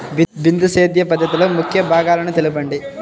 బిందు సేద్య పద్ధతిలో ముఖ్య భాగాలను తెలుపండి?